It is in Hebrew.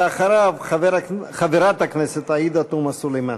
ואחריו, חברת הכנסת עאידה תומא סלימאן.